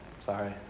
sorry